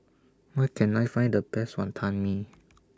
Where Can I Find The Best Wonton Mee